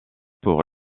pour